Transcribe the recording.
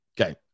Okay